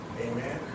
Amen